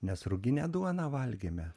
nes ruginę duoną valgėme